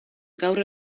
gaur